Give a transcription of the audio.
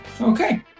Okay